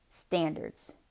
standards